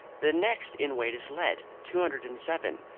the next in weight is lead, two hundred and seven,